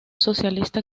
socialista